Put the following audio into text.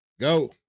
Go